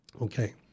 okay